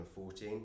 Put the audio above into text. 2014